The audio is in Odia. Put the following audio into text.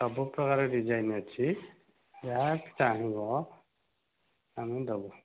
ସବୁ ପ୍ରକାର ଡିଜାଇନ ଅଛି ଯାହା ଚାହିଁବ ଆମେ ଦେବୁ